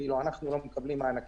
ואילו אנחנו לא מקבלים מענקים.